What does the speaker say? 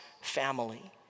family